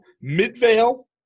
Midvale